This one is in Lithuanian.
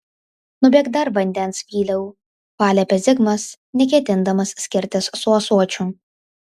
nubėk dar vandens viliau paliepė zigmas neketindamas skirtis su ąsočiu